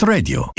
Radio